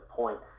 point